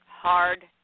Hard